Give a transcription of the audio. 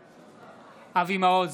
בעד אבי מעוז,